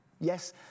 Yes